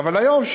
אבל כיום,